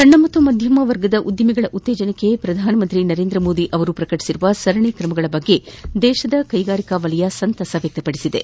ಸಣ್ಣ ಹಾಗೂ ಮಧ್ಯಮ ವರ್ಗದ ಉದ್ದಿಮೆಗಳ ಉತ್ತೇಜನಕ್ಕೆ ಪ್ರಧಾನಮಂತ್ರಿ ನರೇಂದ್ರ ಮೋದಿ ಅವರು ಪ್ರಕಟಿಸಿರುವ ಸರಣಿ ಕ್ರಮಗಳ ಬಗ್ಗೆ ದೇಶದ ಕೈಗಾರಿಕಾ ವಲಯ ಸಂತಸ ವ್ಯಕ್ತಪಡಿಸಿದೆ